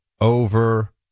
over